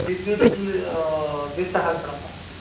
विद्युत् बिल् द्विसहस्रम् अस्ति